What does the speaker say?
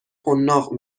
حناق